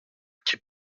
qui